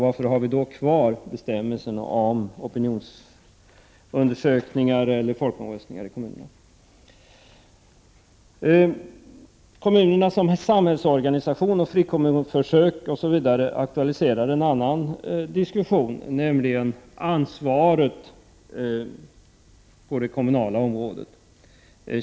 Varför har vi då kvar bestämmelserna om opinionsundersökningar eller folkomröstningar i kommunerna? Synen på kommunerna som samhällsorganisation, frikommunförsöken osv. aktualiserar en annan diskussion, nämligen tjänsteansvaret på det kommunala området.